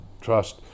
trust